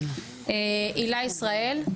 הילה ישראל,